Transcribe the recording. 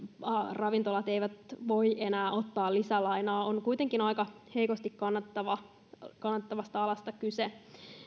ravintolat eivät voi enää ottaa lisälainaa vaikka valtio takaisi on kuitenkin aika heikosti kannattavasta alasta kyse